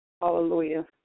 Hallelujah